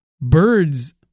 Birds